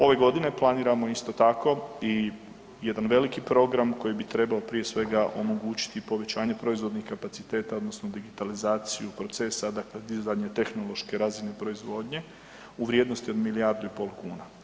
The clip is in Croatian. Ove godine planiramo isto tako i jedan veliki program koji bi trebao prije svega omogućiti povećanje proizvodnih kapaciteta odnosno digitalizaciju procesa, dakle dizanje tehnološke razine proizvodnje u vrijednosti od milijardu i pol kuna.